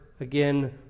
again